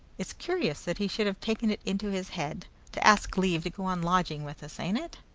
it's curious that he should have taken it into his head to ask leave to go on lodging with us an't it?